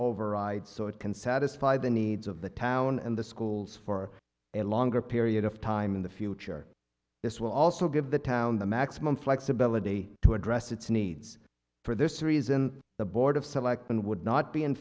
override so it can satisfy the needs of the town and the schools for a longer period of time in the future this will also give the town the maximum flexibility to address its needs for this reason the board of selectmen would not be in